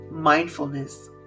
Mindfulness